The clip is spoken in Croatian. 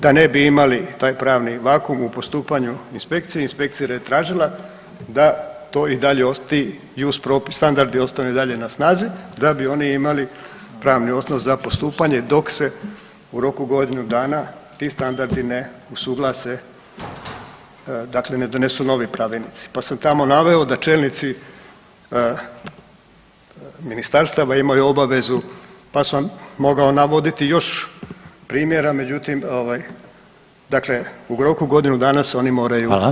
Da ne bi imali taj pravni vakum u postupanju inspekcije, inspekcija je tražila da to i dalje ostane, ti JUS propisi, standardi ostanu i dalje na snazi da bi oni imali pravni osnov za postupanje dok se u roku od godine dana ti standardi ne usuglase, dakle ne donesu novi Pravilnici, pa sam tamo naveo da čelnici Ministarstava imaju obavezu, pa sam mogao navoditi još primjera, međutim, ovaj, dakle u roku godinu dana se oni moraju usuglasiti.